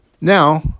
now